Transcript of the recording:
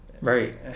Right